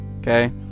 okay